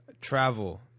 travel